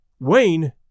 Wayne